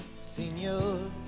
senor